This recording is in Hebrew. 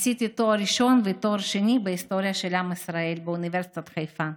עשיתי תואר ראשון ותואר שני בהיסטוריה של עם ישראל באוניברסיטת חיפה.